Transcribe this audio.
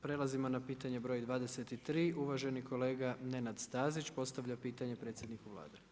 Prelazimo na pitanje broj 23. uvaženi kolega Nenad Stazić postavlja pitanje predsjedniku Vlade.